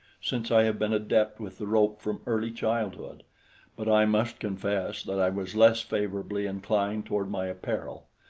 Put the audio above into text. since i have been adept with the rope from early childhood but i must confess that i was less favorably inclined toward my apparel.